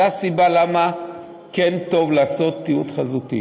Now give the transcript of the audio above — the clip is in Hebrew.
זו הסיבה למה טוב לעשות תיעוד חזותי.